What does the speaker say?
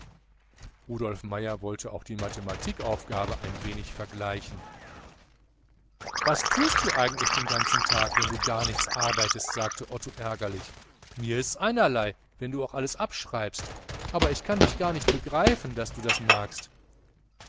rudolf meier wollte auch die mathematikaufgabe ein wenig vergleichen was tust du eigentlich den ganzen tag wenn du gar nichts arbeitest sagte otto ärgerlich mir ist's einerlei wenn du auch alles abschreibst aber ich kann dich gar nicht begreifen daß du das magst